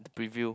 preview